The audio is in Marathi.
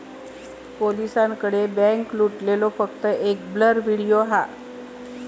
पोलिसांकडे बॅन्क लुटलेलो फक्त एक ब्लर व्हिडिओ हा